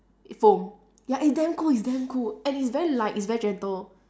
foam ya it's damn cool it's damn cool and it's very light it's very gentle